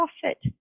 profit